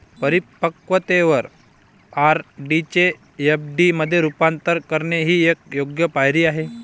परिपक्वतेवर आर.डी चे एफ.डी मध्ये रूपांतर करणे ही एक योग्य पायरी आहे